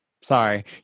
Sorry